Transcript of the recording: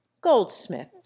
Goldsmith